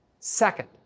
Second